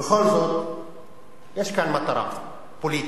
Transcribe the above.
בכל זאת יש פה מטרה פוליטית,